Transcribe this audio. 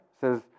says